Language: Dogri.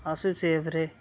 अस बी सेफ रेह्